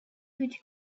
could